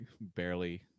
barely